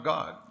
God